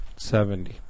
Seventy